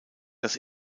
das